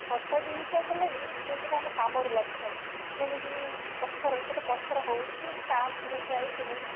ଛୋଟ ଜିନିଷ ହେଲେ ବି ସେ ସବୁ ଆମ କାମରେ ଲାଗିଥାଏ ଯେମିତି କି ପଥର ଛୋଟ ପଥର ହଉ କି ଷ୍ଟାମ୍ପ ମୁଦ୍ରା ଏ ସବୁ